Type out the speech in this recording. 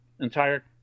Entire